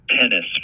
tennis